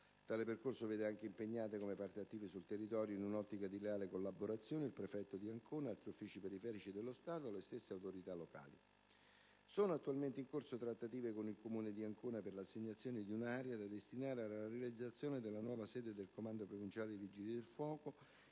Tale percorso vede anche impegnate, come parti attive sul territorio, in un'ottica di leale collaborazione, il prefetto di Ancona, altri uffici periferici dello Stato e le stesse autorità locali. Sono attualmente in corso trattative con il Comune di Ancona per l'assegnazione di un'area da destinare alla realizzazione della nuova sede del comando provinciale dei Vigili del fuoco,